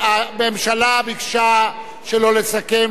הממשלה ביקשה שלא לסכם.